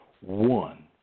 One